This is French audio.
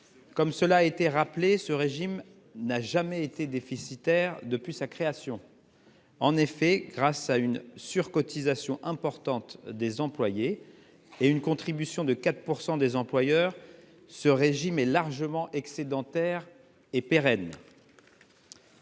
Comme cela a été rappelé, ce régime n'a jamais été déficitaire depuis sa création. En effet, grâce à une surcotisation importante des employés et à une contribution de 4 % des employeurs, ce régime est largement excédentaire et pérenne.